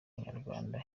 abanyarwanda